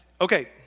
okay